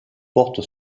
porte